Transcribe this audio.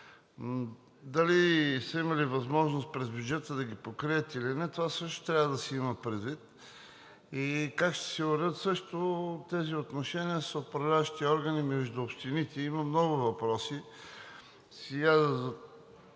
Дали са имали възможност през бюджета да ги покрият или не, това също трябва да се има предвид, а също и как ще се уредят тези отношения с управляващите органи между общините. Има много въпроси. Това,